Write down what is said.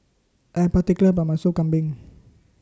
I Am particular about My Sop Kambing